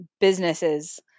businesses